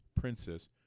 princess